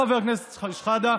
חבר הכנסת שחאדה,